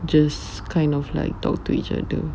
just kind of like talk to each other